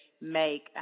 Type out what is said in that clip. make